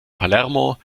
palermo